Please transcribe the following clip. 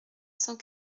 cent